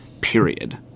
period